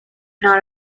not